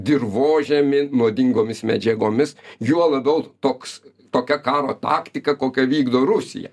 dirvožemį nuodingomis medžiagomis juo labiau toks tokia karo taktika kokią vykdo rusija